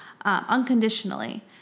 unconditionally